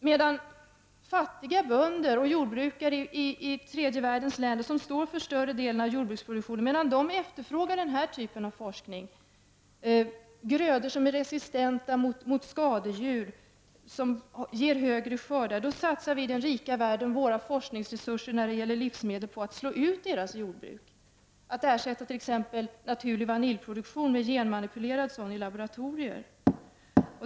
Medan fattiga bönder och jordbrukare i tredje världens länder, som ju står för större delen av jordbruksproduktionen, efterfrågar den här typen av forskning om grödor som är resistenta mot skadedjur och som ger stora skördar, satsar vi i den rika världen våra forskningsresurser när det gäller livsmedel på att slå ut deras jordbruk, att ersätta t.ex. naturlig vaniljproduktion med genmanipulerad sådan i laboratorier.